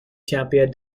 champion